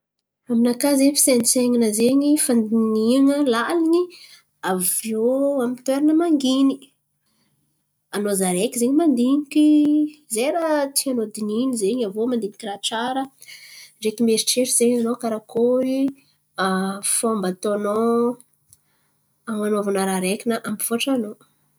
Aminakà zen̈y fisaintsain̈ana zen̈y fandinihan̈a lalin̈y aviô amy toeran̈a mangin̈y. Anao zaraiky zen̈y mandiniky zay raha tianao dinihin̈y zen̈y. Aviô mandiniky raha tsara ndreky mieritreritry zen̈y anao karakôry fômba ataonao an̈anaovana raha araiky na hampivoatra anao.